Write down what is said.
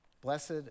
Blessed